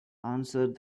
answered